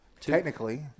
technically